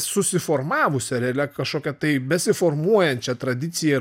susiformavusia realia kažkokia tai besiformuojančia tradicija